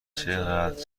چقدر